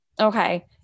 Okay